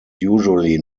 usually